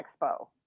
Expo